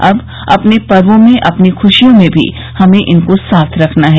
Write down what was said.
अब अपने पर्वो में अपनी खुशियों में भी हमें इनको साथ रखना है